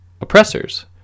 oppressors